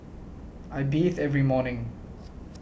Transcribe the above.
I bathe every morning